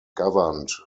governed